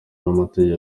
n’amategeko